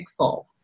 pixel